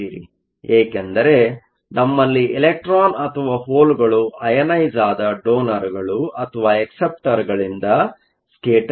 ಏಕೆಂದರೆ ನಮ್ಮಲ್ಲಿ ಎಲೆಕ್ಟ್ರಾನ್ ಅಥವಾ ಹೋಲ್ಗಳು ಅಯನೈಸ಼್ ಆದ ಡೋನರ್ಗಳು ಅಥವಾ ಅಕ್ಸೆಪ್ಟರ್ಗಳಿಂದ ಸ್ಕೇಟರ್ ಆಗಿವೆ